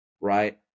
right